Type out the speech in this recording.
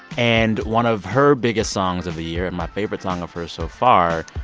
and one of her biggest songs of the year and my favorite song of hers so far,